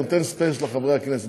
נותן ספֵייס לחברי הכנסת.